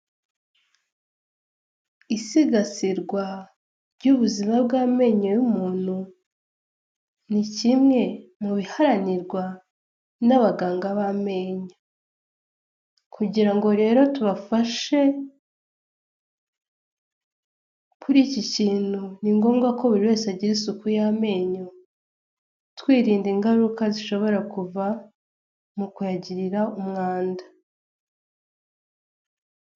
Isigasirwa ry'ubuzima bw'amenyo y'umuntu ni kimwe mu biharanirwa n'abaganga b'amenyo; kugirango rero tubafashe kuri iki kintu ni ngombwa ko buri wese agira isuku y'amenyo; twirinda ingaruka zishobora kuva mu kuyagirira umwanda.